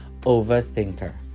overthinker